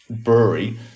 brewery